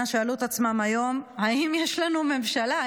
שאלו את עצמם היום: האם יש לנו ממשלה?